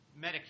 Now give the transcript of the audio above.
Medicare